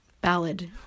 ballad